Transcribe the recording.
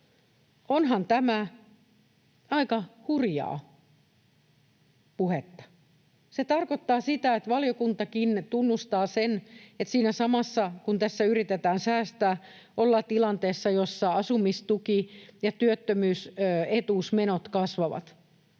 Onhan tämä aika hurjaa puhetta. Se tarkoittaa sitä, että valiokuntakin tunnustaa sen, että siinä samassa, kun tässä yritetään säästää, ollaan tilanteessa, jossa asumistuki- ja työttömyysetuusmenot kasvavat,